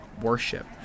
worship